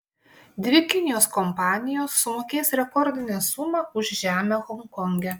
dvi kinijos kompanijos sumokės rekordinę sumą už žemę honkonge